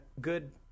good